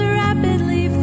rapidly